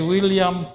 William